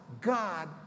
God